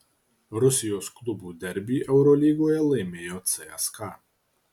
rusijos klubų derbį eurolygoje laimėjo cska